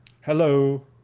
Hello